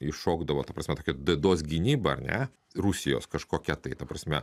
iššokdavo ta prasme tokia d dos gynyba ar ne rusijos kažkokia tai ta prasme